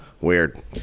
weird